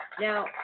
Now